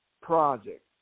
project